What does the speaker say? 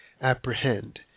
apprehend